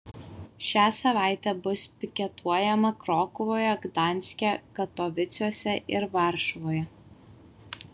šią savaitę bus piketuojama krokuvoje gdanske katovicuose ir varšuvoje